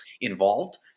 involved